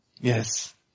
Yes